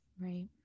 Right